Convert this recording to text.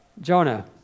Jonah